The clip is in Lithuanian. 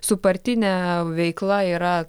su partine veikla yra